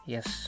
Yes